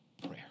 Prayer